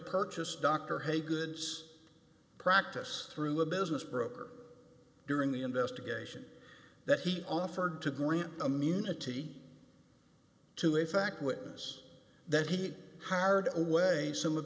purchase dr hay goods practice through a business broker during the investigation that he offered to grant immunity to a fact witness that he hired away some of